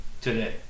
today